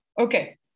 Okay